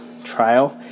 Trial